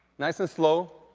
nice and slow.